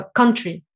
country